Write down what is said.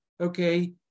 okay